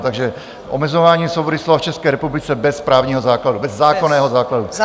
Takže Omezování svobody slova v České republice bez právního základu, bez zákonného základu.